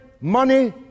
money